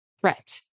threat